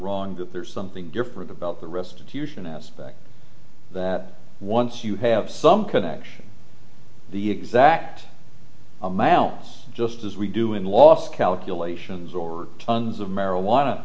wrong that there's something different about the restitution aspect that once you have some connection the exact amount just as we do in lost calculations or tons of marijuana